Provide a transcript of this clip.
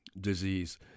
disease